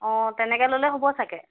অঁ তেনেকৈ ল'লে হ'ব চাগে